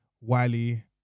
Wiley